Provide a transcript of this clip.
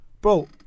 Bro